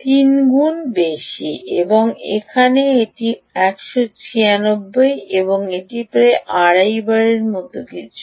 তিনগুণ বেশি এবং এখানে এটি 196 এবং এটি প্রায় আড়াইবারের মতো কিছু